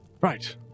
Right